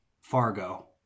Fargo